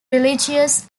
religious